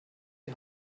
die